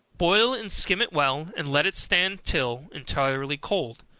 boil and skim it well, and let it stand till entirely cold,